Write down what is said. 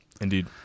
Indeed